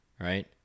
right